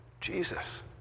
Jesus